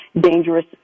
dangerous